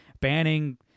banning